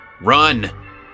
Run